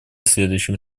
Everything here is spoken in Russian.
следующими